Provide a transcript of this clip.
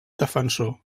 defensor